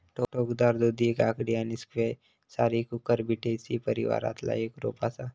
टोकदार दुधी काकडी आणि स्क्वॅश सारी कुकुरबिटेसी परिवारातला एक रोप असा